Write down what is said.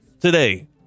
today